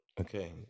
Okay